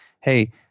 hey